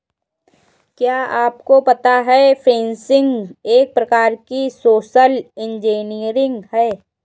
क्या आपको पता है फ़िशिंग एक प्रकार की सोशल इंजीनियरिंग है?